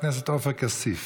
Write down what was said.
חבר הכנסת עופר כסיף.